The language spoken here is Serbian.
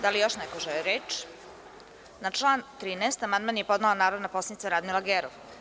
Da li još neko želi reč? (Ne.) Na član 13. amandman je podnela narodna poslanica Radmila Gerov.